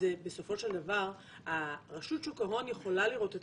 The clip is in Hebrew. שבסופו של דבר רשות שוק ההון יכולה לראות את